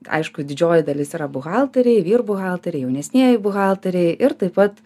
aišku didžioji dalis yra buhalteriai vyr buhalteriai jaunesnieji buhalteriai ir taip pat